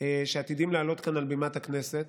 שעתידים לעלות כאן על בימת הכנסת.